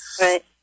Right